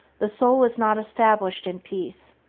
the soul is not established in peace,